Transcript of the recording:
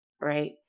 right